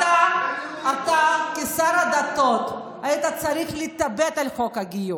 אתה כשר הדתות היית צריך להתאבד על חוק הגיור,